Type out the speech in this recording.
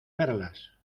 verlas